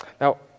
Now